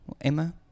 Emma